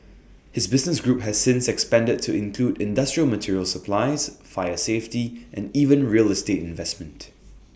his business group has since expanded to include industrial material supplies fire safety and even real estate investment